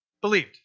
believed